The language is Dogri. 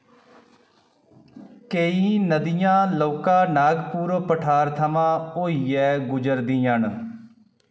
केईं नदियां लौह्का नागपुर पठार थमां होइयै गुजरदियां न